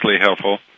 helpful